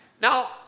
now